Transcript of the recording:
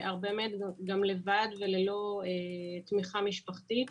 והרבה מהם גם לבד וללא תמיכה משפחתית.